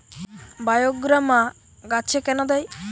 বায়োগ্রামা গাছে কেন দেয়?